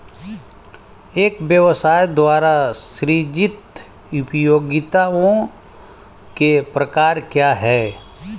एक व्यवसाय द्वारा सृजित उपयोगिताओं के प्रकार क्या हैं?